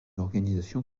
organisation